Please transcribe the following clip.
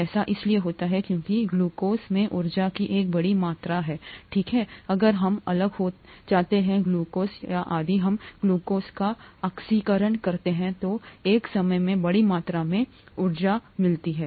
ऐसा इसलिए होता है क्योंकि ग्लूकोज में ऊर्जा की एक बड़ी मात्रा ठीक है अगर हम अलग हो जाते हैं ग्लूकोज या यदि हम ग्लूकोज का ऑक्सीकरण करते हैं तो एक समय में बड़ी मात्रा में ऊर्जा निकलती है